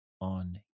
on